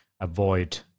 avoid